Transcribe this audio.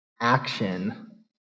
action